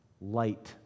light